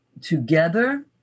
together